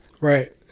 Right